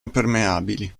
impermeabili